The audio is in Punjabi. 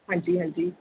ਹਾਂਜੀ ਹਾਂਜੀ